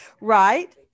Right